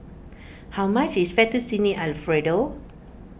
how much is Fettuccine Alfredo